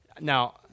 now